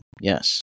Yes